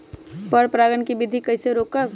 पर परागण केबिधी कईसे रोकब?